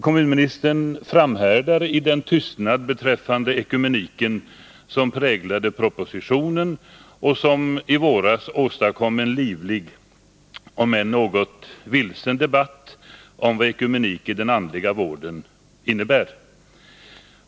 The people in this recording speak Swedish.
Kommunministern framhärdar i den tystnad beträffande ekumeniken som präglade propositionen och som i våras åstadkom en livlig, om än något vilsen, debatt om vad ekumenik i den andliga vården innebär.